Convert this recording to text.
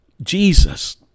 Jesus